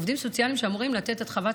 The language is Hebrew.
עובדים סוציאליים שאמורים לתת את חוות